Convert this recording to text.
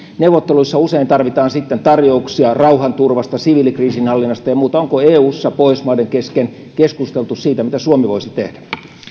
neuvotteluissa usein tarvitaan tarjouksia rauhanturvasta siviilikriisinhallinnasta ja muuta onko eussa tai pohjoismaiden kesken keskusteltu siitä mitä suomi voisi tehdä